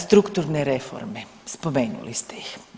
Strukturne reforme, spomenuli ste ih.